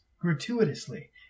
gratuitously